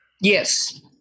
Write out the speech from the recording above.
Yes